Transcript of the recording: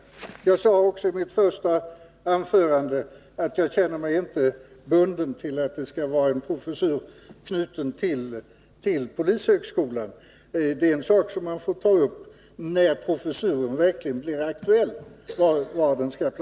Jag sade också i mitt första anförande att jag inte känner mig bunden till att en eventuell professur skall vara knuten till polishögskolan. Frågan om var den skall placeras får vi ta upp när professuren blir aktuell.